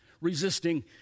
resisting